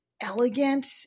elegant